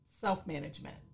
self-management